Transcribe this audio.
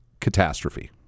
catastrophe